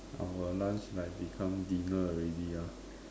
our lunch like become dinner already ah